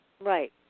Right